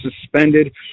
suspended